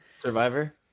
Survivor